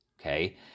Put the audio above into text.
okay